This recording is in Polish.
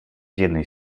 jednej